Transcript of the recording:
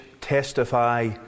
testify